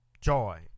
joy